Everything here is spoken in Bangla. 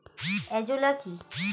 এজোলা কি?